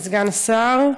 סגן השר,